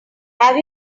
have